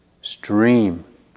stream